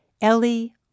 Ellie